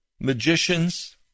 magicians